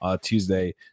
Tuesday